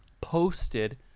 posted